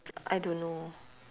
I don't know